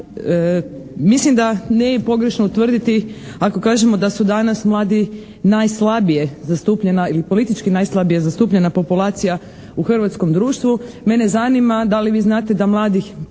Mislim da nije pogrešno utvrditi ako kažemo da su danas mladi najslabije zastupljena ili politički najslabije zastupljena populacija u hrvatskom društvu. Mene zanima da li vi znate da mladih